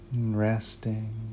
resting